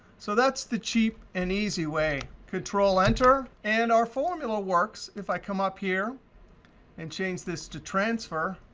so that's the cheap and easy way. control enter, and our formula works. if i come up here and change this to transfer,